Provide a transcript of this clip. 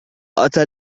أتى